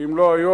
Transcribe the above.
ואם לא היום,